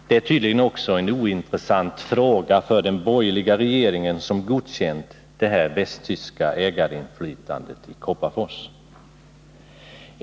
Det är tydligen också en ointressant fråga för den borgerliga regeringen, som godkänt det västtyska ägarinflytandet i Kopparfors.